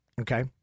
Okay